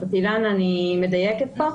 אילנה, אני מדייקת פה?